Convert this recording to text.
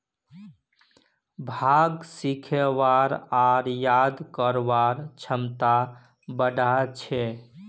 भांग सीखवार आर याद करवार क्षमता बढ़ा छे